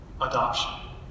adoption